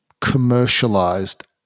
commercialized